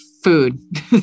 food